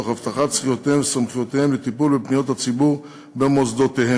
תוך הבטחת זכויותיהם וסמכויותיהם לטיפול בפניות הציבור במוסדותיהם,